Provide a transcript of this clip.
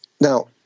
Now